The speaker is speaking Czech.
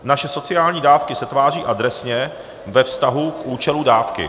Naše sociální dávky se tváří adresně ve vztahu k účelu dávky.